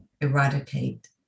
eradicate